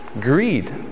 Greed